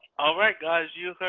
all right, guys. you heard